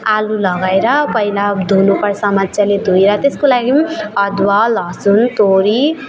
आलु लगाएर पहिला धुनुपर्छ मजाले धोएर त्यसको लागि पनि अदुवा लसुन तोरी